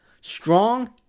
Strong